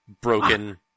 broken